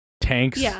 Tanks